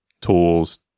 tools